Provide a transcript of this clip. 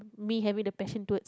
me having the passion towards